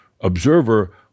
observer